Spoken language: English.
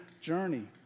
journey